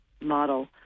model